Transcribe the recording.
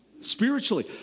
Spiritually